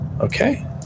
Okay